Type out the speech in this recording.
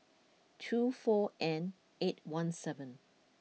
two four N eight one seven